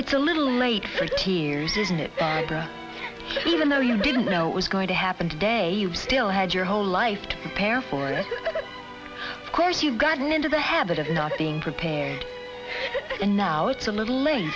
it's a little late for two years isn't it even though you didn't know it was going to happen today you still had your whole life to prepare for of course you've gotten into the habit of not being prepared and now it's a little late